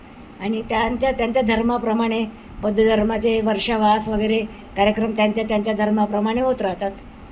आणि त्यांच्या त्यांच्या धर्माप्रमाणे पद्ध धर्माचे वर्षावास वगैरे कार्यक्रम त्यांच्या त्यांच्या धर्माप्रमाणे होत राहतात